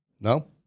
No